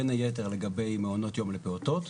בין היתר לגבי מעונות יום לפעוטות.